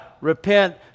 repent